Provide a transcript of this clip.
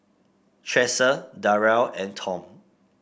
Tressa Darell and Tom